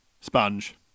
sponge